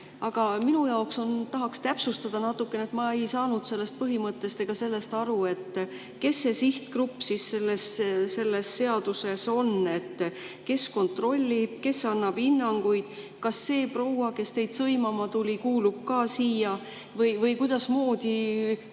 Aga ma tahaks täpsustada natukene seda. Ma ei saanud sellest põhimõttest aru, kes see sihtgrupp selles seaduses on, kes kontrollib, kes annab hinnanguid. Kas see proua, kes teid sõimama tuli, kuulub ka siia, või kuidasmoodi